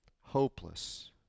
hopeless